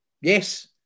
Yes